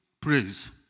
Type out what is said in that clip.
praise